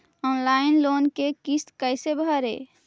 Online loan के किस्त कैसे भरे?